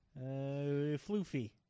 Floofy